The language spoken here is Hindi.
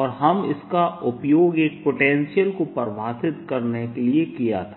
और हम इसका उपयोग एक पोटेंशियल को परिभाषित करने के लिए किया था